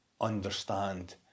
understand